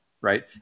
right